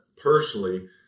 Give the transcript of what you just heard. personally